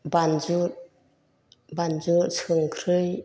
बानजु बानजु संख्रै